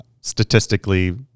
statistically